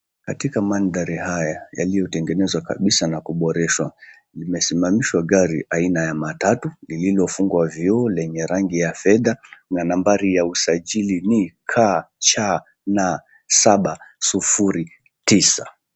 Katika mandhari haya yaliyotengenezwa kabisa na kuboreshwa, limesimamishwa gari aina ya matatu lililofungwa vyoo lenye rangi ya fedha na nambari ya usajili ni KCN 709.